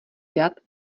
dat